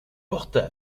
porta